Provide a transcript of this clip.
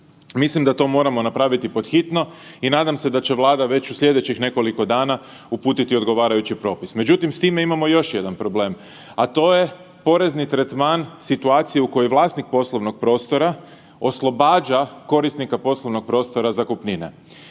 Mislim da to moramo napraviti pod hitno i nadam se da će Vlada već u slijedećih nekoliko dana uputiti odgovarajući propis. Međutim, s time imamo još jedan problem, a to je porezni tretman situacije u kojoj vlasnik poslovnog prostora oslobađa korisnika poslovnog prostora zakupnine.